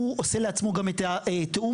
הוא עושה לעצמו גם את תיאום